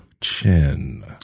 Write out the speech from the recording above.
chin